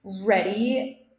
ready